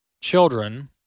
children